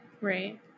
right